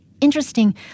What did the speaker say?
interesting